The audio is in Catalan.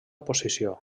posició